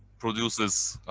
produces